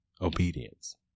Obedience